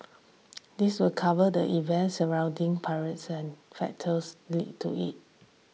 this will cover the events surrounding pilots and factors led to it